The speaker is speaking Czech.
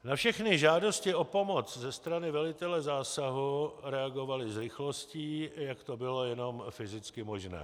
Na všechny žádosti o pomoc ze strany velitele zásahu reagovali s rychlostí, jak to bylo jenom fyzicky možné.